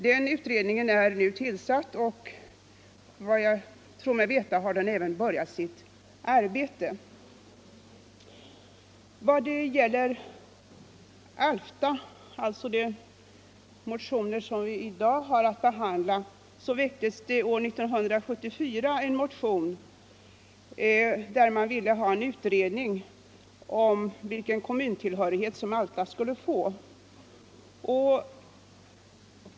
Den utredningen är nu tillsatt, och efter vad jag tror mig veta har den även börjat sitt arbete. I vad gäller Alfta väcktes det år 1974 en motion där man ville ha en utredning om vilken kommuntillhörighet som Alfta skulle ha.